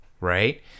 right